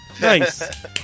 Nice